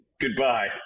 goodbye